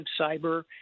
cyber